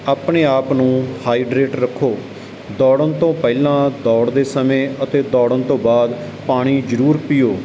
ਆਪਣੇ ਆਪ ਨੂੰ ਹਾਈਡ੍ਰੇਟ ਰੱਖੋ ਦੌੜਨ ਤੋਂ ਪਹਿਲਾਂ ਦੌੜਦੇ ਸਮੇਂ ਅਤੇ ਦੌੜਨ ਤੋਂ ਬਾਅਦ ਪਾਣੀ ਜ਼ਰੂਰ ਪੀਓ